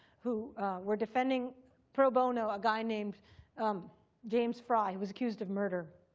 who were defending pro bono a guy named um james frye, who was accused of murder,